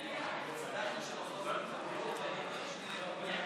הצעת הסיכום שהביא חבר הכנסת צבי האוזר נתקבלה.